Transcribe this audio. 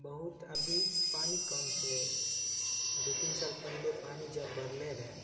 बहुत अभी पानि कम छै दू तीन साल पहिले पानि जब बढ़लै रहए